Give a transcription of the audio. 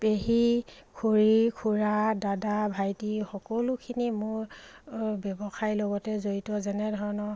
পেহী খুৰী খুৰা দাদা ভাইটি সকলোখিনি মোৰ ব্যৱসায়ৰ লগতে জড়িত যেনেধৰণৰ